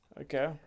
Okay